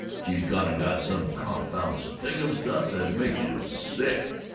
she's gone and gotten some confounded stinkum stuff that makes you sick!